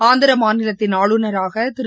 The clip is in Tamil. ஆந்திர மாநிலத்தின் ஆளுநராக திரு